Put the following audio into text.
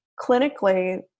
clinically